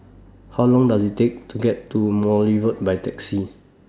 How Long Does IT Take to get to Morley Road By Taxi